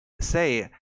say